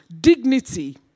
dignity